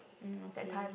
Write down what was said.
mm okay